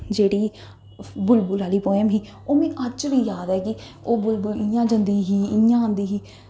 जेह्डी बुलबुल आह्ली पोइंम ही अज्ज बी याद ऐ ओह् बुलबुल इ'यां जंदी ही इ'यां औंदी ही